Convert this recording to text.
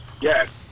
yes